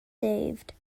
saved